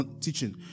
Teaching